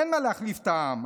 אין מה להחליף את העם.